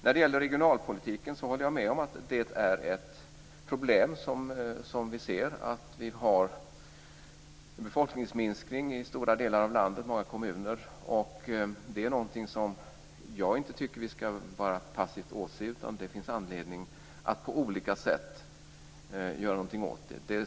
När det gäller regionalpolitiken håller jag med om att vi ser ett problem och att vi har en befolkningsminskning i stora delar av landet, i många kommuner. Det är någonting som jag inte tycker att vi bara passivt ska åse. Det finns anledning att på olika sätt göra någonting åt det.